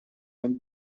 ein